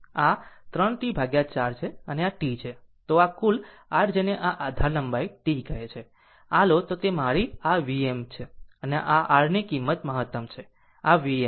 તો આ કુલ r જેને આ આધાર લંબાઈ T કહે છે જો આ લો તો તે મારી આ Vm V છે અને આ r ની કિંમત મહતમ છે આ Vm છે